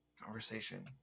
conversation